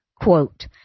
Quote